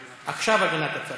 עכשיו, הגנת הצרכן.